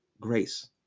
Grace